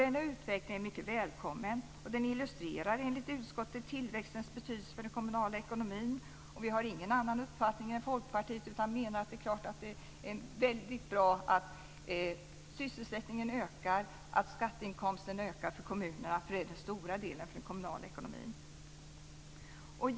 Denna utveckling är mycket välkommen och illustrerar enligt utskottet tillväxtens betydelse för den kommunala ekonomin. Här har vi ingen annan uppfattning än Folkpartiet: Det är klart att det är väldigt bra att sysselsättningen ökar och att skatteinkomsterna ökar för kommunerna, för det är den stora delen i den kommunala ekonomin.